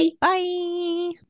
Bye